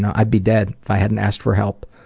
i'd be dead if i hadn't asked for help.